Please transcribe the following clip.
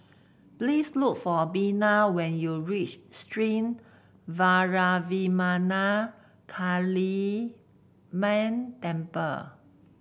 please look for Bina when you reach Sri Vairavimada Kaliamman Temple